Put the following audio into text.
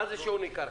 מה זה שיעור ניכר?